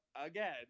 again